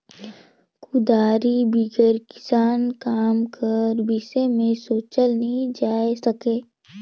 कुदारी बिगर किसानी काम कर बिसे मे सोचल नी जाए सके